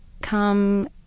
Come